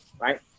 right